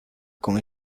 con